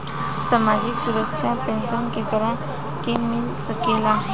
सामाजिक सुरक्षा पेंसन केकरा के मिल सकेला?